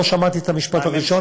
לא שמעתי את המשפט הראשון.